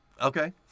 Okay